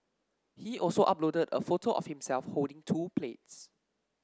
he also uploaded a photo of himself holding two plates